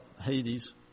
Hades